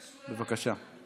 בבקשה.